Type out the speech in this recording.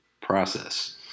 process